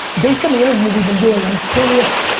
based on the interview we've been doing, i'm curious,